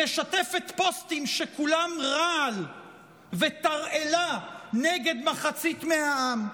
משתפת פוסטים שכולם רעל ותרעלה נגד מחצית מהעם.